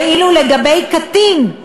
ואילו לגבי קטין,